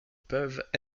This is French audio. peuvent